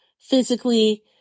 physically